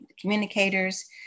communicators